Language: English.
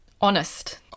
Honest